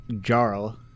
Jarl